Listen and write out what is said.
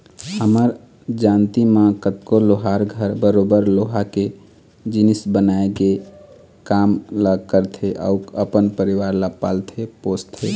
हमर जानती म कतको लोहार घर बरोबर लोहा के जिनिस बनाए के काम ल करथे अउ अपन परिवार ल पालथे पोसथे